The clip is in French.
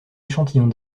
échantillon